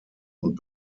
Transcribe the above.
und